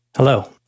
Hello